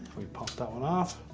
we pop that one off